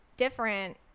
different